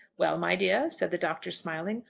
well, my dear, said the doctor, smiling,